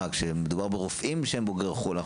כשמדובר ברופאים בוגרי לימודים בחו"ל,